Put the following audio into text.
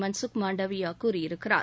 மான்சுக் மாண்டவியா கூறியிருக்கிறார்